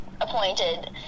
appointed